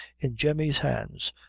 in jemmy's hands,